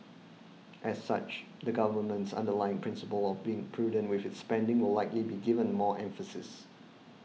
as such the Government's underlying principle of being prudent with its spending will likely be given more emphasis